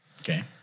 Okay